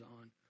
on